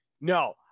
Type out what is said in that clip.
no